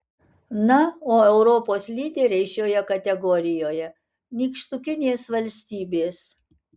na o europos lyderiai šioje kategorijoje nykštukinės valstybės